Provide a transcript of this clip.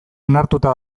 onartuta